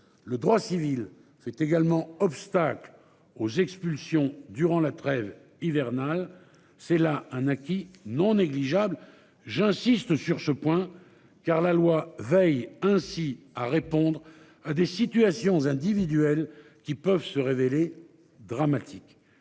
Le droit civil fait également obstacle aux expulsions durant la trêve hivernale. C'est là un acquis non négligeable. J'insiste sur ce point car la loi Veil ainsi à répondre à des situations individuelles qui peuvent se révéler dramatiques,